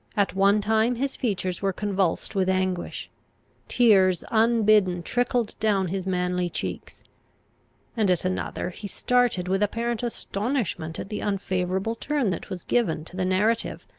at one time his features were convulsed with anguish tears unbidden trickled down his manly cheeks and at another he started with apparent astonishment at the unfavourable turn that was given to the narrative,